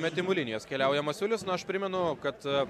metimų linijos keliauja masiulis aš primenu kad